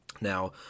Now